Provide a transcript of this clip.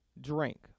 drink